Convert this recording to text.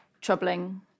troubling